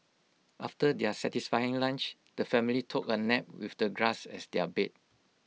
after their satisfying lunch the family took A nap with the grass as their bed